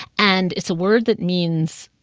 and it's a word that means,